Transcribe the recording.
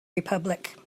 republic